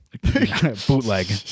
bootleg